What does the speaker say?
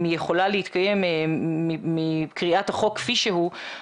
אם היא יכולה להתקיים מקריאת החוק כפי שהוא,